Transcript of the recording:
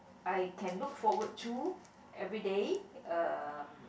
I can look forward to everyday uh